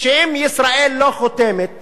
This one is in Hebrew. שאם ישראל לא חותמת